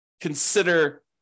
consider